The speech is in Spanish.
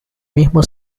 mismo